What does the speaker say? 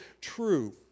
true